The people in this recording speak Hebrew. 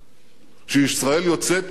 שכשישראל יוצאת מישהו נכנס,